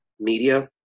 media